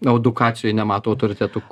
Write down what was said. edukacijoje nemato autoritetų